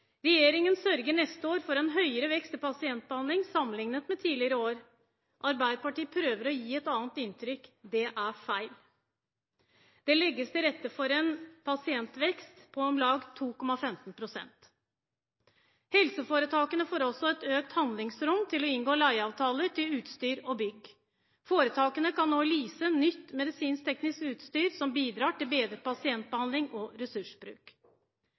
Regjeringen sørger neste år for en høyere vekst i pasientbehandling sammenlignet med tidligere år. Arbeiderpartiet prøver å gi et annet inntrykk. Det er feil. Det legges til rette for en pasientvekst på om lag 2,15 pst. Helseforetakene får også et økt handlingsrom til å inngå leieavtaler til utstyr og bygg. Foretakene kan nå lease nytt medisinsk-teknisk utstyr som bidrar til bedret pasientbehandling og ressursbruk.